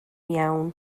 iawn